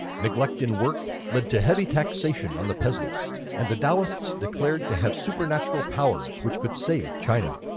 neglect in work led to heavy taxation on the peasants and the taoists declared to have supernatural powers which could save china.